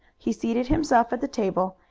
he seated himself at the table,